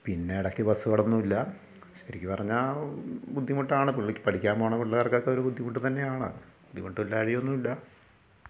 പിന്നെ ഇടയ്ക്ക് ബസ്സുകളൊന്നുമില്ല ശെരിക്ക് പറഞ്ഞാൽ ബുദ്ധിമുട്ടാണ് പുള്ളിക്ക് പഠിക്കാൻ പോകുന്ന പിള്ളേർക്കൊക്കെ ഒരു ബുദ്ധിമുട്ട് തന്നെയാണ് ബുദ്ധിമുട്ടില്ലാഴ്ക ഒന്നുമില്ല